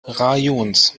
rajons